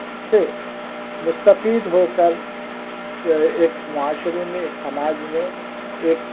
سے مستفید ہو کر سے ایک معاشرے میں ایک سماج میں ایک